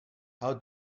how